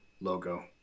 logo